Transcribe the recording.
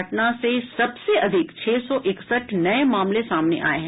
पटना से सबसे अधिक छह सौ इकसठ नये मामले सामने आये हैं